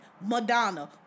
Madonna